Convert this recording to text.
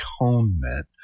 atonement